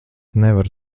nevaru